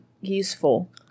useful